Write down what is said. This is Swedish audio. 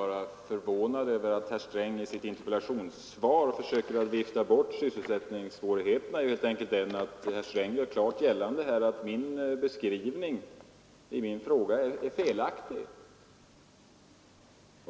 var förvånad över att herr Sträng i sitt interpellationssvar försökte vifta bort sysselsättningssvårigheterna är helt enkelt den att herr Sträng gör klart gällande att min beskrivning i interpellationen är felaktig.